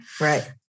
Right